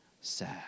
sad